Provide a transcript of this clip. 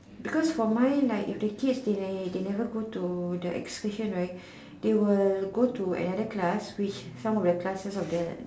because for mine like if the kids they they never go to the excursion right they will go to another class which some of their classes of the